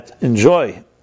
enjoy